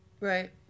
Right